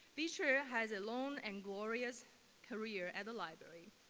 beacher has a long and glorious career at the library.